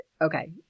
okay